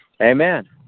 Amen